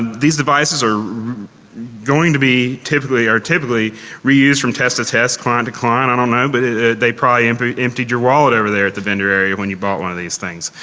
these devices are going to be typically, are typically reused from test-to-test, client-to-client. i don't know, but they probably emptied emptied your wallet over there at the vendor area when you bought one of these things.